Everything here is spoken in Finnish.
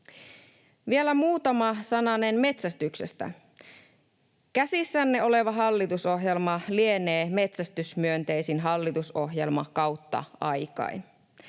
Vielä muutama sananen metsästyksestä. Käsissänne oleva hallitusohjelma lienee metsästysmyönteisin hallitusohjelma kautta aikain.